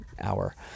hour